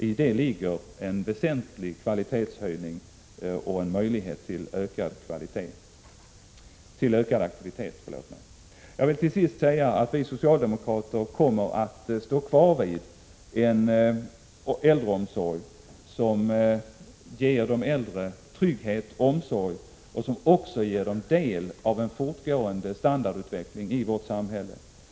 I det ligger en väsentlig kvalitetshöjning och en möjlighet till ökad aktivitet. Vi socialdemokrater kommer att stå fast vid en äldreomsorg som ger de äldre trygghet, omsorg och del av en fortgående standardutveckling i vårt samhälle.